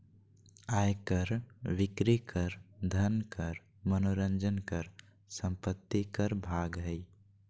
आय कर, बिक्री कर, धन कर, मनोरंजन कर, संपत्ति कर भाग हइ